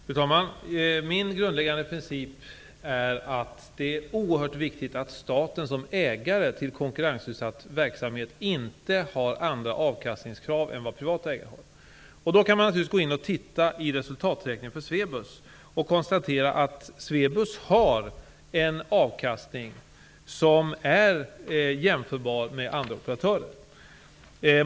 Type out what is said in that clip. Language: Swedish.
Fru talman! Min grundläggande princip är att det är oerhört viktigt att staten som ägare till konkurrensutsatt verksamhet inte har andra avkastningskrav än vad privata ägare har. Vi kan då titta på resultaträkningen för Swebus och konstatera att man har en avkastning som är jämförbar med andra operatörer.